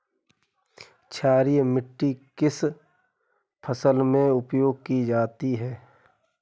क्षारीय मिट्टी किस फसल में प्रयोग की जाती है?